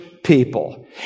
People